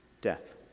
death